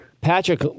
Patrick